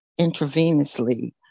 intravenously